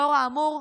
לאור האמור,